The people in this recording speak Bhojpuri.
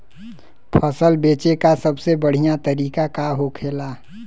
फसल बेचे का सबसे बढ़ियां तरीका का होखेला?